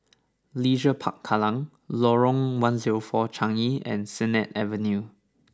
Leisure Park Kallang Lorong One Zero Four Changi and Sennett Avenue